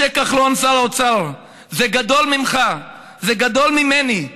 משה כחלון, שר האוצר, זה גדול ממך, זה גדול ממני.